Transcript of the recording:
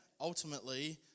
ultimately